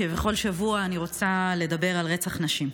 כבכל שבוע אני רוצה לדבר על רצח נשים.